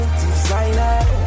designer